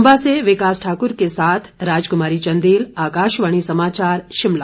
चंबा से विकास ठाकुर के साथ राजकुमारी चंदेल आकाशवाणी समाचार शिमला